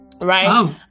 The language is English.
right